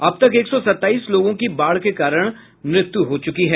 अब तक एक सौ सत्ताईस लोगों की बाढ़ के कारण मृत्यू हो चूकी है